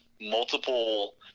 multiple